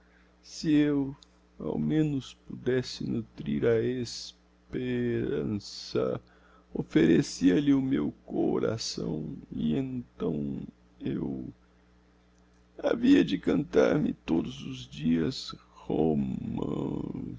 se eu ao menos pudesse nutrir a es pe perança offerecia lhe o meu coração e então eu havia de cantar me todos os dias